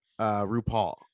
RuPaul